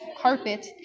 carpet